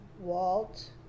Walt